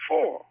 Four